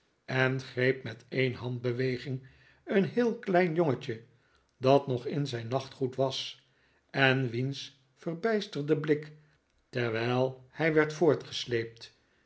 en greep met een handbeweging een heel klein jongetje dat nog in zijn nachtgoed was en wiens verbijsterde blik terwijl hij werd